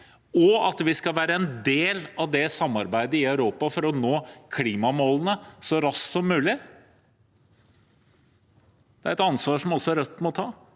og at vi ikke skal være en del av det samarbeidet i Europa, for å nå klimamålene så raskt som mulig, men det er et ansvar som også Rødt må ta.